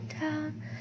down